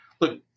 look